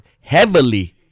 heavily